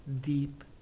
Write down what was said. deep